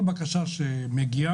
כל בקשה שמגיעה,